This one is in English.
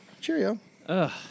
Cheerio